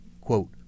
quote